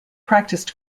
practiced